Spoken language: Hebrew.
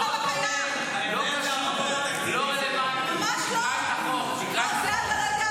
הבאתם בזמן מלחמה חוק סופר --- לא שמעת מה אמר חבר הכנסת סעדה.